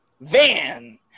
Van